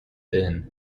thin